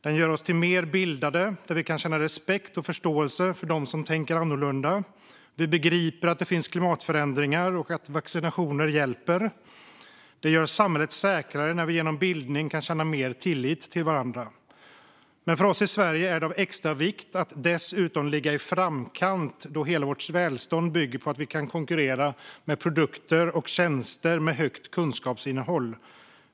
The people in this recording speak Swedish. Den gör oss mer bildade, så att vi kan känna respekt och förståelse för dem som tänker annorlunda. Vi begriper att det finns klimatförändringar och att vaccinationer hjälper. Det gör samhället säkrare när vi genom bildning kan känna mer tillit till varandra. För oss i Sverige är det av extra vikt att dessutom ligga i framkant, då hela vårt välstånd bygger på att vi kan konkurrera med produkter och tjänster med högt kunskapsinnehåll.